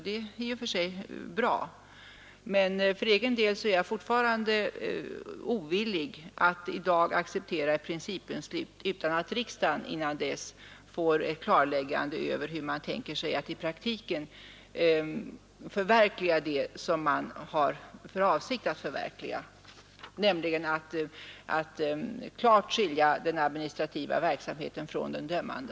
Det är i och för sig bra, men för egen del är jag fortfarande ovillig att i dag acceptera ett principbeslut utan att riksdagen innan dess fått ett klarläggande över hur man tänker sig att i praktiken förverkliga det man har för avsikt att förverkliga, nämligen att klart skilja den administrativa verksamheten från den dömande.